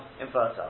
infertile